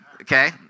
Okay